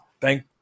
thank